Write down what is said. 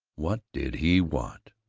what did he want?